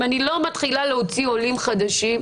אם אני לא מתחילה להוציא עולים חדשים,